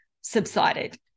subsided